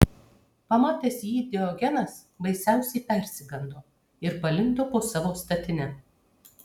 pamatęs jį diogenas baisiausiai persigando ir palindo po savo statine